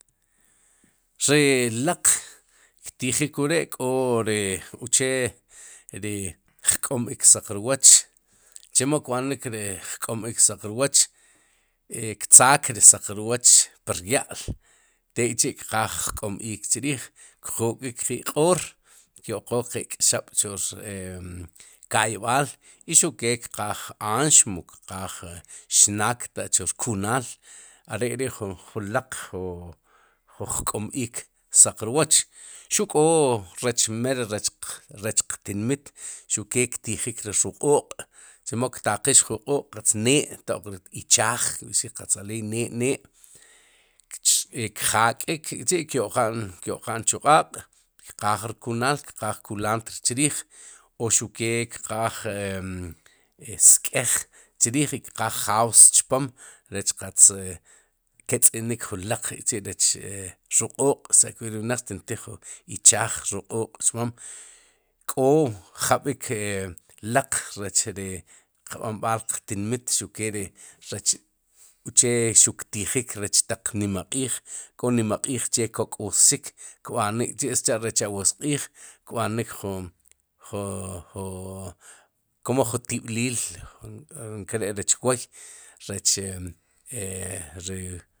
Ri laq ktijik wre' k'o ri uche ri jk'om iik saq rwooch chemo kb'anik ri jk'om iik saq rwooch e ktzaak ri saq rwoch pu rya'l tek'chi' kqaaj jk'om iik chriij, kjok'ik qe'qoor, kyo'qook qe'kxab' chu e rka'yb'al i xuq kee kqaaj anx mu kqaaj xnaak, chu rkunaal are ri julaq ju jk'om iik saq rwoch xuq k'o rech meri rrec rech qtinmit xuq kee ktijik ri ruq'ooq' chemo ktaqxik ju q'ooq' qatz nee to'q ichaaj kb'ixik qatz aleey ne'ne' ch kjak'ik k'chi'kyo'qa'n kyo'qa'n chu q'aaq kqaaj rkunaal, kqaaj kulantr chriij o xuq kee kqaaj sk'eej, chriij i kqaaj jaws chpom rech qatz ketze'nik julaq k'chi' rech e ruq'ooq' sicha'kirb'iij ri wnaq xtintij junichaaj ruq'oq' chpom k'o jab'ik e laq rech ri qb'an b'al qtinmit xuq kee ri rech uche xuq ktijik rech taq nimaq'iij k'o nimaq'iij che kok'wsik kb'anik k'chi' sicha'rech awosq'iij kb'anik ju ju ju k'omo jun tib'liil nkere'rech wooy rech e ri.